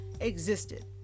existed